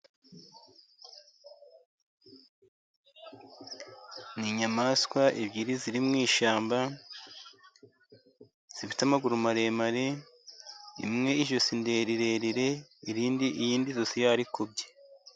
Ni inyamaswa ebyiri ziri mwishyamba zifite amaguru maremare, imwe ijosi ni rirerire iyindi ijosi yarikubye.